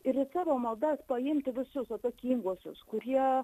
ir į savo maldas paimti visus atsakinguosius kurie